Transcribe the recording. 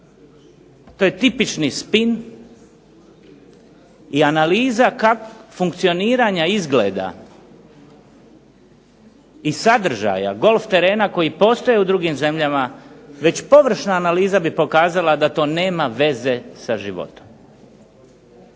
To je tipični spin, i analiza funkcioniranja izgleda i sadržaja golf terena koji postoje u drugim zemljama već površna analiza bi pokazala da to nema veze sa životom.